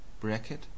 bracket